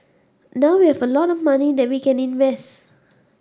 now we have a lot of money that we can invest